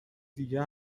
دیگه